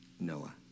Noah